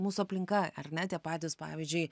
mūsų aplinka ar ne tie patys pavyzdžiui